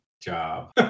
job